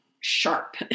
sharp